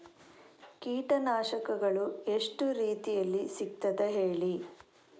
ಕೀಟನಾಶಕಗಳು ಎಷ್ಟು ರೀತಿಯಲ್ಲಿ ಸಿಗ್ತದ ಹೇಳಿ